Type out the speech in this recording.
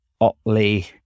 Otley